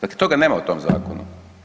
Dakle, toga nema u tom zakonu.